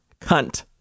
cunt